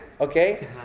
okay